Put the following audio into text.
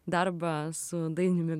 darbą su dainiumi